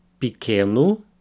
pequeno